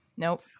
Nope